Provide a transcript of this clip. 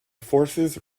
forces